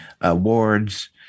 awards